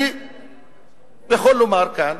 אני יכול לומר כאן,